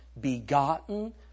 begotten